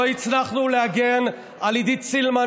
לא הצלחנו להגן על עידית סילמן,